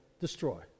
destroy